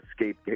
escape